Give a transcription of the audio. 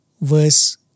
verse